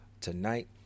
tonight